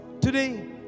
today